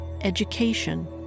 education